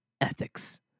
ethics